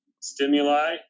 stimuli